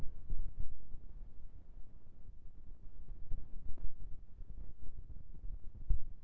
जोंधरा जोन्धरा हाल मा बर सर्दी मौसम कोन संकर परकार लगाबो?